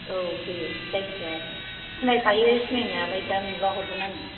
औ दे जायखिया सिनायखायो सिनायनायालाय दा नुबा हरगोन आङो